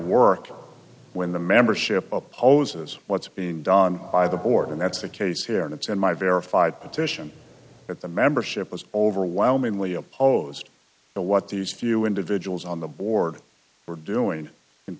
work when the membership opposes what's being done by the board and that's the case here and it's in my verified petition that the membership was overwhelmingly opposed to what these few individuals on the board were doing